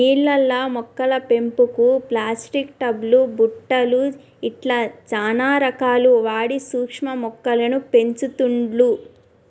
నీళ్లల్ల మొక్కల పెంపుకు ప్లాస్టిక్ టబ్ లు బుట్టలు ఇట్లా చానా రకాలు వాడి సూక్ష్మ మొక్కలను పెంచుతుండ్లు